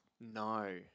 No